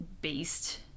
based